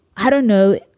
i don't know,